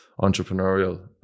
entrepreneurial